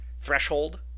threshold –